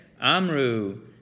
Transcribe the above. Amru